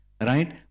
right